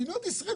מדינת ישראל,